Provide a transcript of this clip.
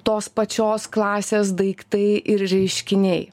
tos pačios klasės daiktai ir reiškiniai